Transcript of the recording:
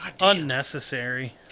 Unnecessary